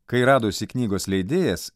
kai radosi knygos leidėjas